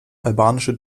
albanische